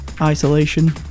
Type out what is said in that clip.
Isolation